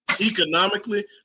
economically